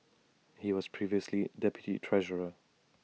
he was previously deputy treasurer